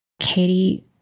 Katie